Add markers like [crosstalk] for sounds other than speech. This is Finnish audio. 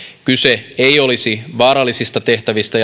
kyse ei olisi vaarallisista tehtävistä [unintelligible]